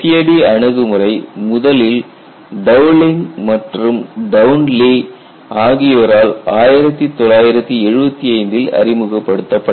FAD அணுகுமுறை முதலில் Dowling மற்றும் டவுன்லி ஆகியோரால் 1975 இல் அறிமுகப்படுத்தப்பட்டது